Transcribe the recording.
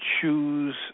choose